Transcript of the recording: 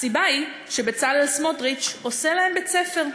הסיבה היא, שבצלאל סמוטריץ עושה להם בית-ספר.